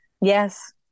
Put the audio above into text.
Yes